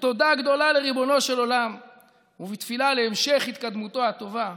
בתודה גדולה לריבונו של עולם ובתפילה להמשך התקדמותו הטובה,